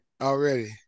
already